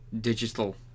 digital